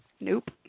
nope